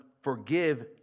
forgive